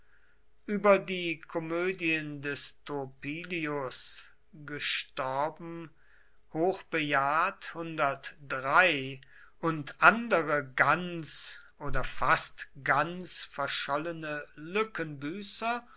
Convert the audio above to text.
über die komödien des turpilius und andere ganz oder fast ganz verschollene lückenbüßer